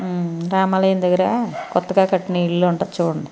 రామాలయం దగ్గర కొత్తగా కట్టిన ఇల్లు ఉంటుంది చూడండి